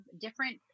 different